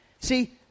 See